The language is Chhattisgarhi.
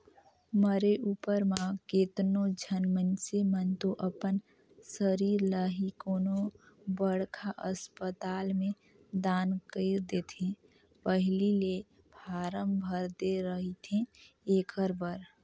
मरे उपर म केतनो झन मइनसे मन तो अपन सरीर ल ही कोनो बड़खा असपताल में दान कइर देथे पहिली ले फारम भर दे रहिथे एखर बर